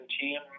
team